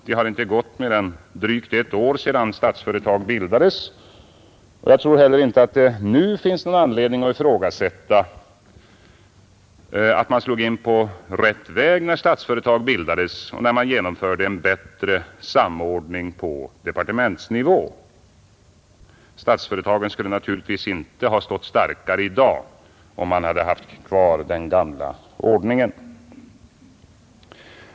Det har inte gått mer än drygt ett år sedan Statsföretag bildades, och jag tror inte heller att det nu finns anledning att ifrågasätta att man slog in på rätt väg när Statsföretag bildades och när man genomförde en bättre samordning på departementsnivå. Statsföretagen skulle naturligtvis inte ha stått starkare i dag om man hade haft kvar den gamla ordningen.